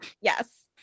yes